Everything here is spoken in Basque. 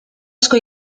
asko